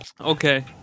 Okay